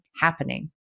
happening